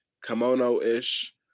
kimono-ish